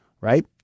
Right